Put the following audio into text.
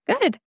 Good